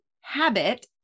habit